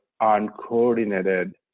uncoordinated